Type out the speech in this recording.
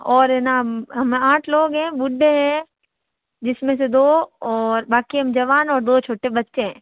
और है न हम आठ लोग हैं बुढ्ढे है जिसमें से दो और बाकी हम जवान और दो छोटे बच्चे है